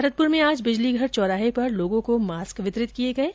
भरतपुर में आज बिजलीघर चौराहे पर लोगों को मास्क वितरित किये गये